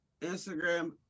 Instagram